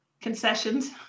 concessions